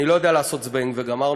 אני לא יודע לעשות זבנג וגמרנו.